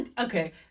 okay